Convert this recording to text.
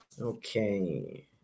Okay